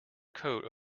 coat